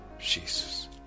Jesus